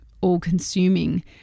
all-consuming